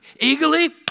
Eagerly